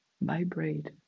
vibrate